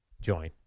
join